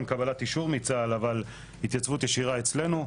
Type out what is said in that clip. שצריך אישור מצה"ל אבל ההתייצבות תהיה ישירה אצלנו.